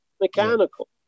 mechanical